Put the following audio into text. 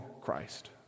Christ